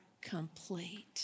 complete